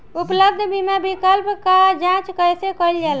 उपलब्ध बीमा विकल्प क जांच कैसे कइल जाला?